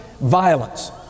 violence